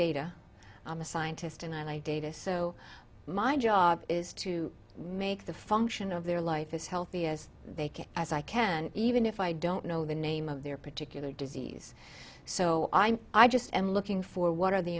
data i'm a scientist and i data so my job is to make the function of their life as healthy as they can as i can even if i don't know the name of their particular disease so i'm i just am looking for what are the